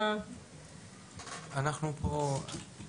שמי גיל.